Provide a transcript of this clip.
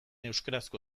euskarazko